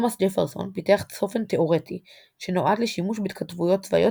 תומאס ג'פרסון פיתח צופן תאורטי שנועד לשימוש בהתכתבויות צבאיות,